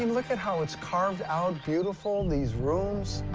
um look at how it's carved out beautiful, these rooms.